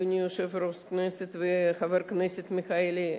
אדוני יושב-ראש הכנסת וחבר כנסת מיכאלי,